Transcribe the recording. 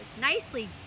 Nicely